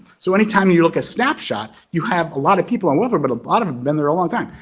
so anytime you look at a snapshot, you have a lot of people on welfare, but a lot of it been there a long time.